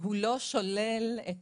שזה לא שולל את